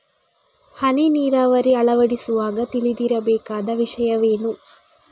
ಹನಿ ನೀರಾವರಿ ಅಳವಡಿಸುವಾಗ ತಿಳಿದಿರಬೇಕಾದ ವಿಷಯವೇನು?